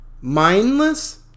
Mindless